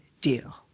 deal